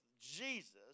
Jesus